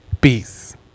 peace